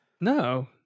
No